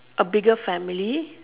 a bigger family